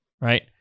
right